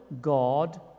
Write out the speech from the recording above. God